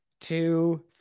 two